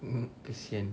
mm mm kesian